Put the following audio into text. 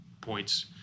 points